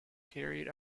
carried